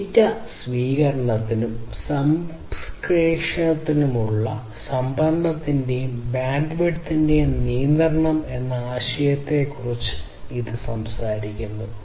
data സ്വീകരണത്തിനും സംപ്രേഷണത്തിനുമുള്ള സംഭരണത്തിന്റെയും ബാൻഡ്വിഡ്ത്തിന്റെയും നിയന്ത്രണം എന്ന ആശയത്തെക്കുറിച്ച് ഇത് സംസാരിക്കുന്നു